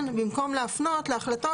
כן, במקום להפנות להחלטות.